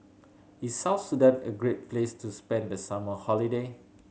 is South Sudan a great place to spend the summer holiday